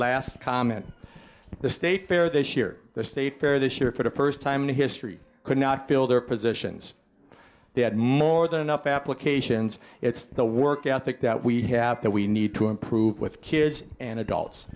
last comment the state fair this year the state fair this year for the first time in history could not fill their positions they had more than enough applications it's the work ethic that we have that we need to improve with kids and adults